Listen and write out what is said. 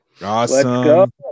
Awesome